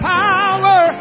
power